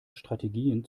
strategien